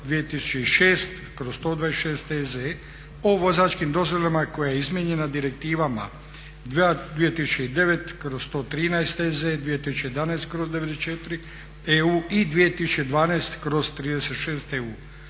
2006/126 EZ o vozačkim dozvolama koja je izmijenjena Direktivama 2009/113 EZ, 2011/94 EU i 2012/36 EU